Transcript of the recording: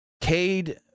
Cade